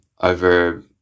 over